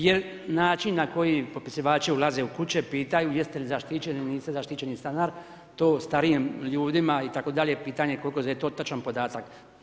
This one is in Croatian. Jer način na koji popisivači ulaze u kuće pitaju jeste li zaštićeni, niste zaštićeni stanar to starijim ljudima itd. pitanje koliko je to točan podatak.